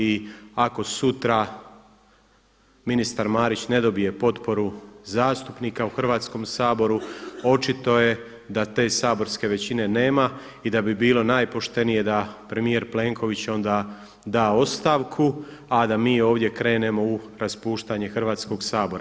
I ako sutra ministar Marić ne dobije potporu zastupnika u Hrvatskom saboru očito je da te saborske većine nema i da bi bilo najpoštenije da premijer Plenković onda da ostavku, a da mi ovdje krenemo u raspuštanje Hrvatskog sabora.